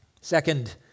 Second